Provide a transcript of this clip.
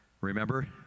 Remember